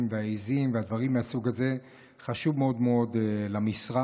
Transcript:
והעיזים והדברים מהסוג הזה חשוב מאוד מאוד למשרד.